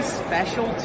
special